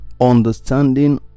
understanding